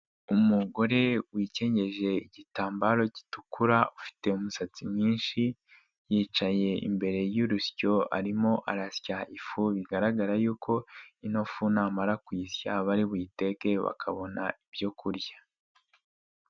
Umugore wikenyeje igitambaro gitukura ufite imisatsi mwinshi, yicaye imbere y'urusyo arimo arasya ifu bigaragara yuko ino fu namara kuyisya bari buyiteke bakabona ibyo kurya.